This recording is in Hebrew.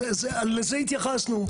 לזה התייחסנו.